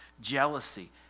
jealousy